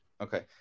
Okay